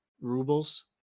rubles